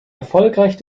erfolgreich